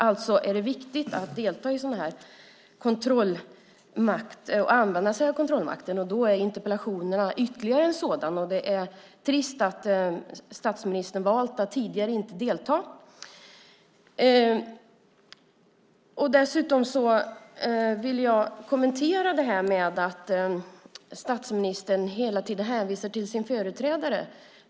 Alltså är det viktigt att delta i och använda sig av kontrollmakten, och då är interpellationerna ytterligare en sådan. Det är trist att statsministern tidigare har valt att inte delta. Statsministern hänvisar hela tiden till sin företrädare.